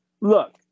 Look